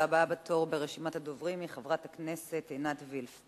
הבאה בתור ברשימת הדוברים היא חברת הכנסת עינת וילף,